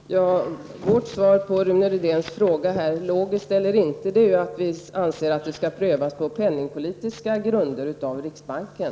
Fru talman! Vårt svar på Rune Rydéns fråga -- logiskt eller inte -- är att vi anser att räntan på kassakravsmedel skall prövas på penningpolitiska grunder av riksbanken.